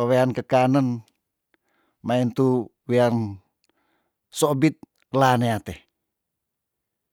wewean kekanen maintu wian sobit la nea te